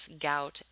gout